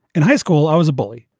in high school, i was a bully.